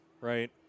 right